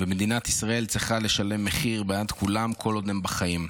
ומדינת ישראל צריכה לשלם מחיר בעד כולם כל עוד הם בחיים.